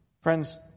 Friends